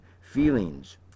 feelings